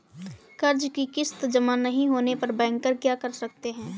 कर्ज कि किश्त जमा नहीं होने पर बैंकर क्या कर सकते हैं?